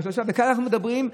על שלושה לא כתבו,